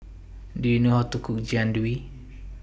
Do YOU know How to Cook Jian Dui